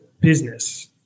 business